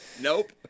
nope